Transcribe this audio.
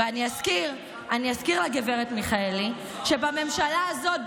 ואני אזכיר לגב' מיכאלי שבממשלה הזאת,